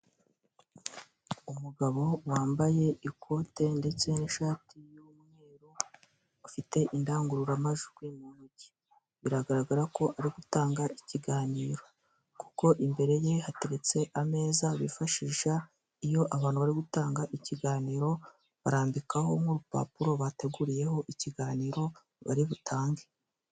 Umugabo wambaye ikote ndetse n'ishati y'umweru ufite indangururamajwi mu ntoki, biragaragara ko ari gutanga ikiganiro kuko imbere ye hateretse ameza bifashisha iyo abantu bari gutanga ikiganiro, barambikaho nk'urupapuro bateguriyeho ikiganiro bari butange.